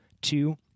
Two